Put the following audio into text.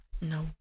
No